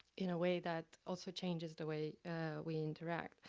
in a way that also changes the way we interact.